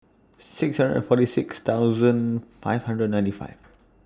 six hundred and forty six thousand five hundred and ninety five